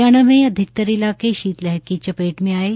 हरियाणा में अधिकतर इलाके शीत लहर की चपेट में आये